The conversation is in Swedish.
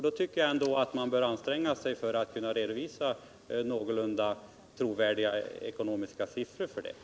Då tycker jag ändå att man bör anstränga sig för att redovisa någorlunda trovärdiga ekonomiska kalkyler för detta.